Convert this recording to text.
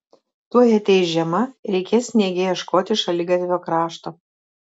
tuoj ateis žiema reikės sniege ieškoti šaligatvio krašto